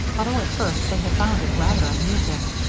although at first they had found it rather amusing.